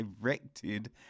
directed